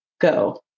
Go